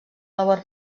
labor